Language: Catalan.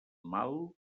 mal